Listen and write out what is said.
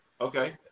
Okay